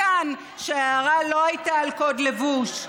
מכאן שההערה לא הייתה על קוד לבוש,